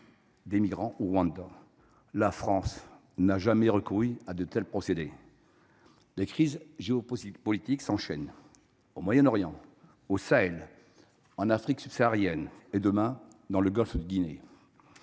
leurs migrants vers le Rwanda. La France n’a jamais recouru à de tels procédés. Les crises géopolitiques s’enchaînent : au Moyen Orient, au Sahel, en Afrique subsaharienne et demain dans le golfe de Guinée.